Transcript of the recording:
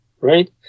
right